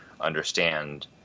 understand